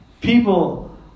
people